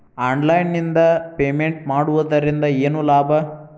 Online ನಿಂದ payment ಮಾಡುವುದರಿಂದ ಏನು ಲಾಭ?